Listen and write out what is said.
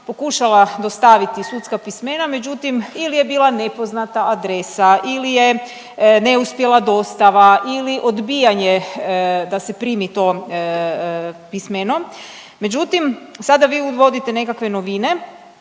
pokušala dostaviti sudska pismena, međutim ili je bila nepoznata adresa ili je neuspjela dostava ili odbijanje da se primi to pismeno, međutim sada vi uvodite nekakve novine,